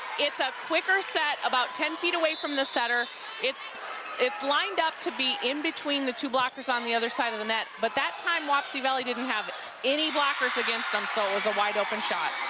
it's a quicker set about ten feet away from the setter it's it's lined up to be in between the two blockers on the other side of the net but that time wapsie valley didn't have any blockers against them, so it was a wide open shot.